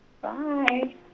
Bye